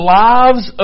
lives